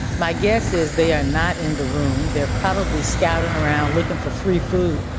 my guess is they are not in the room, they're probably scouting around looking for free food.